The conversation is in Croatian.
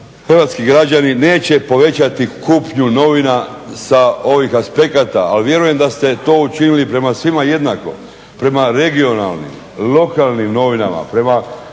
hrvatski građani neće povećati kupnju novina sa ovih aspekata, ali vjerujem da ste to učinili prema svima jednako, prema regionalnim, lokalnim novinama, prema